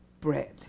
bread